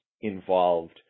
involved